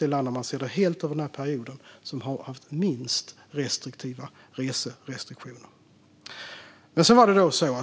Om man ser till hela den här perioden är Sverige faktiskt det land som har haft minst restriktiva reserestriktioner.